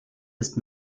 ist